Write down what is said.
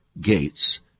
Gates